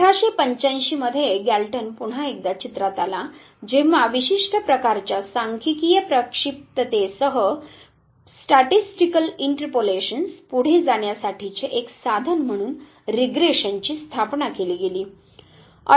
1885 मध्ये गॅल्टन पुन्हा एकदा चित्रात आला जेव्हा विशिष्ट प्रकारच्या सांख्यिकीय प्रक्षिप्ततेसह पुढे जाण्या साठीचे एक साधन म्हणून रिग्रेशनची स्थापना केली गेली